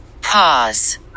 pause